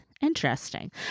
Interesting